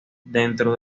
dentro